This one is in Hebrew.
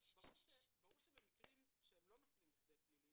לכן, ברור שבמקרים שלא נופלים לכדי פלילי